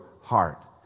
heart